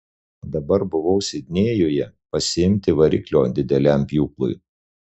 dabar buvau sidnėjuje pasiimti variklio dideliam pjūklui